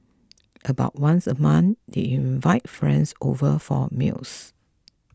about once a month they invite friends over for meals